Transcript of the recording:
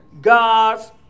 God's